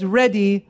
ready